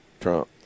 Trump